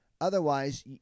otherwise